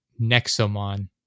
Nexomon